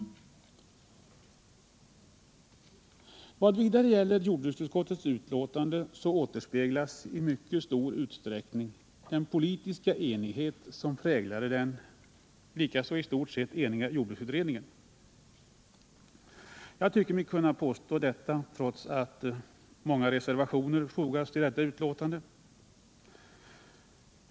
Vad vidare gäller jordbruksutskottets betänkande återspeglas i detta i mycket stor utsträckning den politiska enighet som präglade den likaså i stort sett eniga jordbruksutredningen. Jag tycker mig kunna påstå detta trots att många reservationer fogats vid detta betänkande.